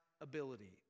ability